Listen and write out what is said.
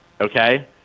Okay